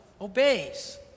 obeys